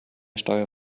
steuer